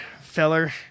feller